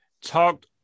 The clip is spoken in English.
talked